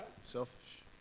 Selfish